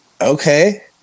Okay